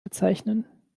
bezeichnen